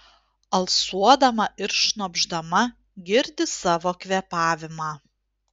alsuodama ir šnopšdama girdi savo kvėpavimą